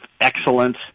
excellence